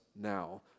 now